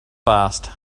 fast